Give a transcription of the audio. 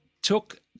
took